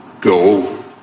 go